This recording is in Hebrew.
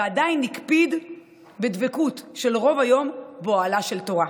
ועדיין הקפיד בדבקות על רוב היום באוהלה של תורה.